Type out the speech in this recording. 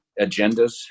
agendas